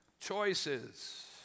Choices